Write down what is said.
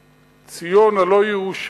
ציון, הלוא היא ירושלים,